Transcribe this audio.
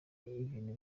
ibintu